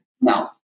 No